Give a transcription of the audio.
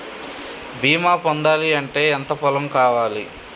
బీమా పొందాలి అంటే ఎంత పొలం కావాలి?